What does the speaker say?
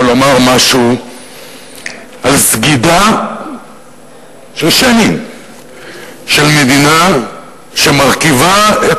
אבל אומר משהו על סגידה של שנים של מדינה שמרכיבה את